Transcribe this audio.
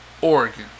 Oregon